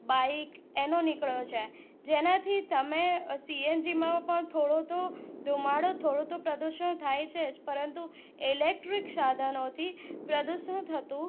bike એનો નીકળ્યો છે જેનાથી તમે સીએનજીમાં પણ થોડો તો ધૂમાડો થોડો તો પ્રદૂષણ થાય છે જ પરંતુ ઇલેક્ટ્રીક સાધનોથી પ્રદૂષણ થતું